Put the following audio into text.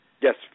Yes